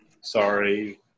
Sorry